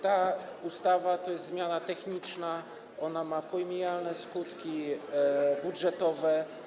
Ta ustawa to jest zmiana techniczna, ona ma pomijalne skutki budżetowe.